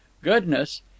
goodness